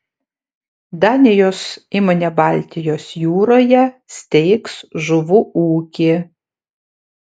danijos įmonė baltijos jūroje steigs žuvų ūkį